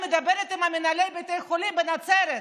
מדברת עם מנהלי בתי החולים בנצרת,